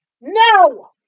No